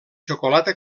xocolata